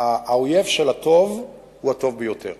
האויב של הטוב הוא הטוב ביותר.